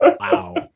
Wow